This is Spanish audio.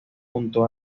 junto